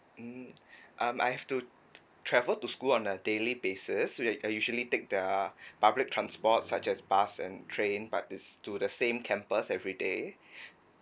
mm um I've to travel to school on a daily basis so I I usually take the public transports such as bus and train but is to the same campus everyday